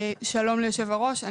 שלום ליושב הראש,